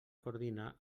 coordina